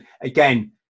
again